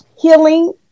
healing